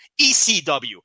ECW